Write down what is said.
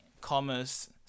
commerce